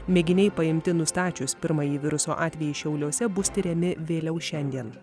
mėginiai paimti nustačius pirmąjį viruso atvejį šiauliuose bus tiriami vėliau šiandien